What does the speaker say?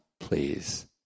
please